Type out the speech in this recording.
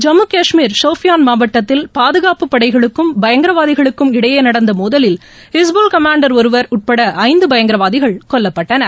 ஜம்மு கஷ்மீர் ஷோபியான் மாவட்டத்தில் பாதுகாப்பு படைகளுக்கும் பயங்கரவாதிகளுக்கும் இடையே நடந்த மோதலில் இஸ்புல் கமாண்டர் ஒருவர் உட்பட ஐந்து பயங்கரவாதிகள் கொல்லப்டட்டார்கள்